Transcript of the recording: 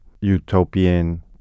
utopian